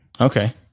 Okay